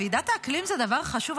ועידת האקלים זה דבר חשוב,